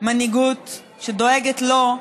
מנהיגות שדואגת לו,